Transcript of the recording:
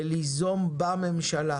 וליזום בממשלה